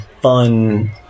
fun